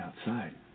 outside